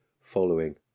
following